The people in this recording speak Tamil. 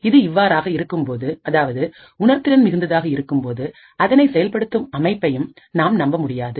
இது இவ்வாறாக இருக்கும்போது அதாவது உணர்திறன் மிகுந்ததாக இருக்கும்போது அதனை செயல்படுத்தும் அமைப்பையும் நாம் நம்ப முடியாது